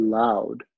loud